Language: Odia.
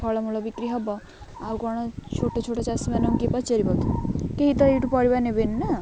ଫଳମୂଳ ବିକ୍ରି ହବ ଆଉ କ'ଣ ଛୋଟ ଛୋଟ ଚାଷୀମାନଙ୍କୁ କିଏ ପଚାରିବ କେହି ତ ଏଇଠୁ ପରିବା ନେବେନି ନା